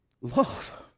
love